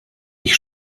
ich